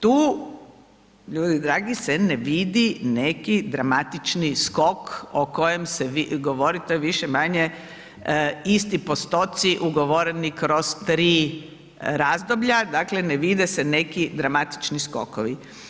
Tu, ljudi dragi se ne vidi neki dramatični skok o kojem vi govorite, to je više-manje isti postoci ugovoreni kroz 3 razdoblja, dakle ne vide se neki dramatični skokovi.